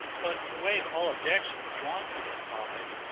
but to waive all objections drawn from this topic,